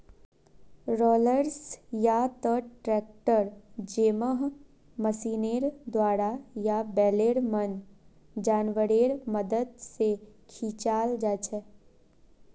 rollers या त tractor जैमहँ मशीनेर द्वारा या बैलेर मन जानवरेर मदद से खींचाल जाछे